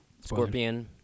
Scorpion